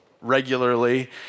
regularly